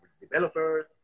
developers